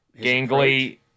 Gangly